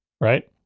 right